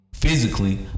Physically